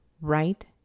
right